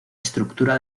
estructura